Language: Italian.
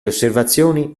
osservazioni